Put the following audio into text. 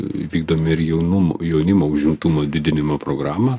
vykdom ir jaunum jaunimo užimtumo didinimo programą